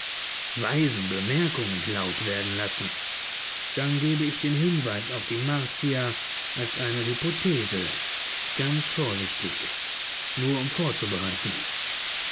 weisen bemerkungen laut werden lassen dann gebe ich den hinweis auf die martier als eine hypothese ganz vorsichtig nur um vorzubereiten